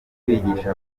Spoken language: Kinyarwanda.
kwigisha